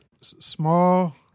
small